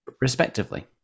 respectively